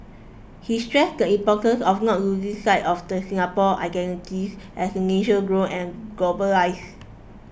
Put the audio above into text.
he stresses the importance of not losing sight of the Singapore identities as the nation grow and globalise